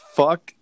fuck